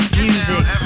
music